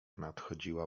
nadchodziła